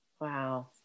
wow